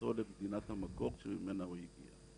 וחזרתו למדינת המקור שממנה הוא הגיע.